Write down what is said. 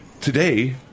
Today